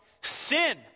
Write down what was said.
sin